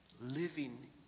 living